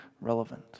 relevant